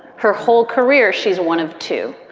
her whole career she's one of two.